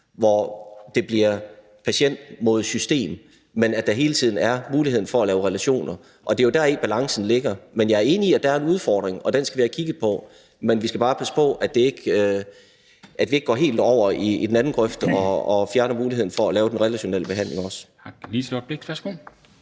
hvor det bliver patient mod system. Vi skal sørge for, at der hele tiden er muligheden for at lave relationer, og det er jo deri, balancen ligger. Men jeg er enig i, at der er en udfordring, og at den skal vi have kigget på, men vi skal bare passe på med at gå helt over i den anden grøft, hvor vi så også fjerner muligheden for at lave den relationelle behandling.